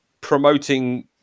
promoting